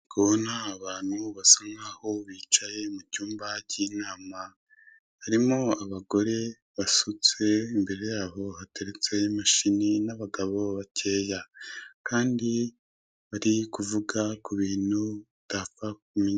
Ndikubona abantu basa nkaho bicaye mu cyumba cy'inama. Harimo abagore basutse imbere yaho hateretse imashini n'abagabo bakeya. Kandi bari kuvuga ku bintu utapfa kumenya.